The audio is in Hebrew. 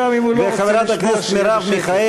וגם אם הוא לא רוצה לשמוע, שיהיה בשקט.